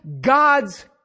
God's